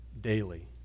daily